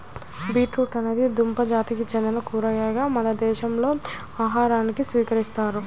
beetroot అనేది దుంప జాతికి చెందిన కూరగాయను మన దేశంలో ఆహారంగా స్వీకరిస్తారు